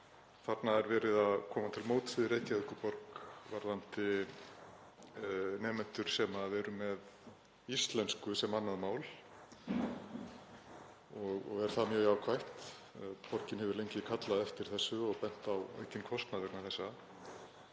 Þarna er verið að koma til móts við Reykjavíkurborg varðandi nemendur sem eru með íslensku sem annað mál og er það mjög jákvætt. Borgin hefur lengi kallað eftir þessu og bent á aukinn kostnað vegna þessa.